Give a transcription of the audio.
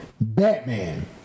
Batman